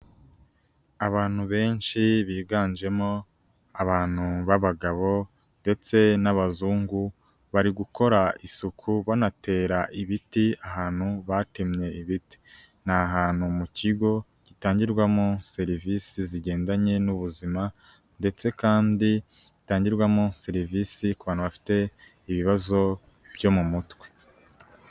Abantu benshi biganjemo abantu b'abagabo ndetse n'abazungu, bari gukora isuku banatera ibiti ahantu batemye ibiti. Ni ahantu mu kigo gitangirwamo serivisi zigendanye n'ubuzima ndetse kandi gitangirwamo serivisi ku bantu bafite ibibazo byo mu mutwe.